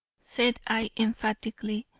said i emphatically,